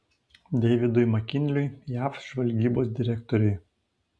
deividui makinliui jav žvalgybos direktoriui